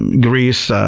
greece,